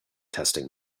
testing